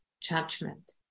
judgment